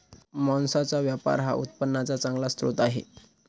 मांसाचा व्यापार हा उत्पन्नाचा चांगला स्रोत आहे